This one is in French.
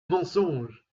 mensonge